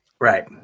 Right